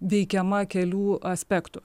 veikiama kelių aspektų